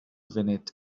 funud